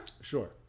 Sure